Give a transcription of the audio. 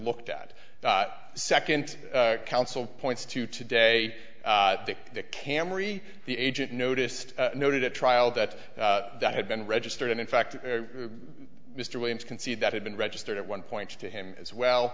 looked at the second counsel points to today that the camry the agent noticed noted at trial that that had been registered and in fact mr williams concede that had been registered at one point to him as well